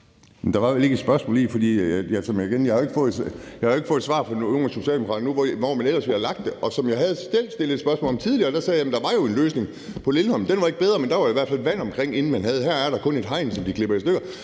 Der var vel ikke et spørgsmål i det, og jeg har jo ikke fået et svar fra nogen af Socialdemokraterne på, hvor man ellers ville have lagt det. Jeg stillede selv et spørgsmål om det tidligere. Der sagde jeg, at der jo var en løsning med Lindholm. Den var ikke bedre, men der var i hvert fald vand omkring. Her er der kun et hegn, som de klipper i stykker.